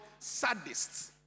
sadists